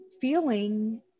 feeling